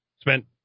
spent